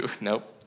nope